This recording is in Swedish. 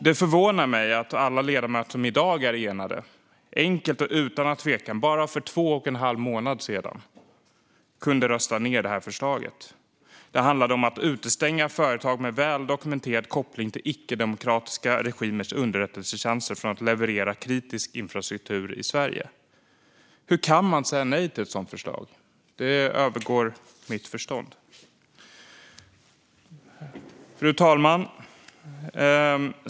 Det förvånar mig att alla ledamöter som i dag står enade enkelt och utan att tveka bara för två och en halv månad sedan kunde rösta ned ett förslag som handlade om att utestänga företag med väl dokumenterad koppling till icke-demokratiska regimers underrättelsetjänster från att leverera kritisk infrastruktur i Sverige. Hur kan man säga nej till ett sådant förslag? Det övergår mitt förstånd. Herr talman!